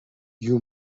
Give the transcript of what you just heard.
you